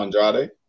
Andrade